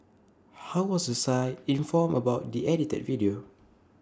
how was the site informed about the edited video